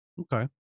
Okay